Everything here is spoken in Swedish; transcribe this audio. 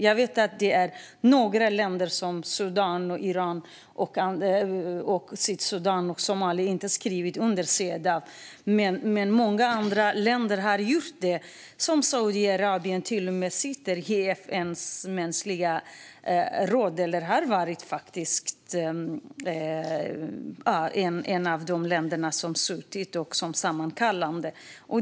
Jag vet att några länder, till exempel Sudan, Iran, Sydsudan och Somalia, inte har skrivit under Cedaw, men många andra länder har gjort det. Saudiarabien sitter till och med - eller har suttit - i FN:s råd för mänskliga rättigheter och har varit ett av de länder som suttit som sammankallande.